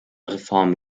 reform